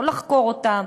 לא לחקור אותם,